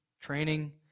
Training